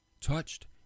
touched